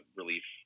relief